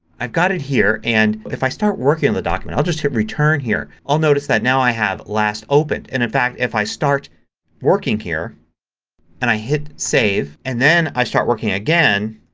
i've got it here and like if i start working on the document, i'll just hit return here, i'll notice that now i have last opened. in in fact if i start working here and i hit save and then i start working again,